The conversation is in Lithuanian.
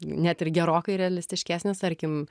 net ir gerokai realistiškesnės tarkim